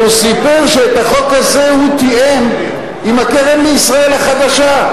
והוא סיפר שאת החוק הזה הוא תיאם עם הקרן לישראל החדשה.